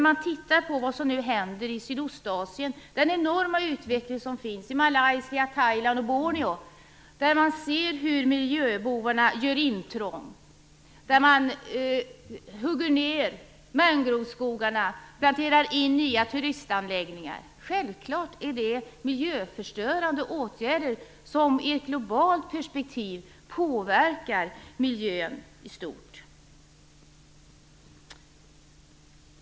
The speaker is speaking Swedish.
Vi kan titta på vad som nu händer i Sydostasien, med den enorma utveckling som finns i Malaysia, Thailand och Borneo. Där ser man hur miljöbovarna gör intrång, hugger ner mangroveskogarna och anlägger nya turistanläggningar. Självklart är det miljöförstörande åtgärder, som i ett globalt perspektiv påverkar miljön i stort.